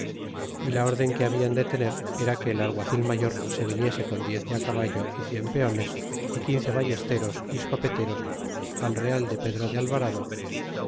y la urden que baldan de tener era que el alguacil mayor se viniese con diez de caballo y cien peones y quince ballesteros y es copeteros al real de pedro de alvarado